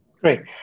Great